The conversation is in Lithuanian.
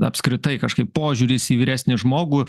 apskritai kažkaip požiūris į vyresnį žmogų